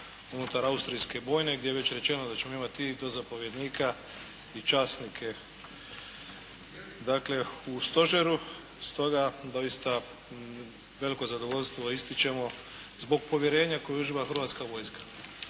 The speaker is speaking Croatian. unutar Austrijske bojne gdje je već rečeno da ćemo imati i dozapovjednika i časnike u stožeru. Stoga doista veliko zadovoljstvo ističemo zbog povjerenja koje uživa Hrvatska vojska.